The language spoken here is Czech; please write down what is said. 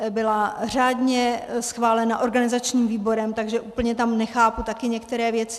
Byla řádně schválena organizačním výborem, tak úplně nechápu tady některé věci.